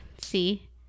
see